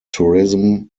tourism